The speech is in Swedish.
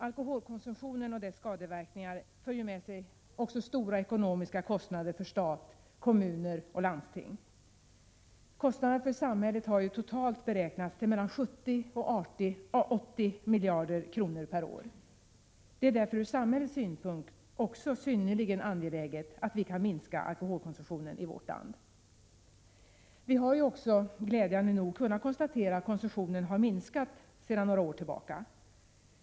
Alkoholkonsumtionen och dess skadeverkningar för också med sig stora ekonomiska kostnader för stat, kommuner och landsting. Kostnaderna för samhället har totalt beräknats till mellan 70 och 80 miljarder kronor per år. Det är därför ur samhällets synpunkt också synnerligen angeläget att vi kan minska alkoholkonsumtionen i vårt land. Vi har också glädjande nog kunnat konstatera att konsumtionen har minskat sedan några år tillbaka.